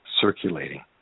circulating